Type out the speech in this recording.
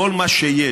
כל מה שיש,